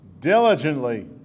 diligently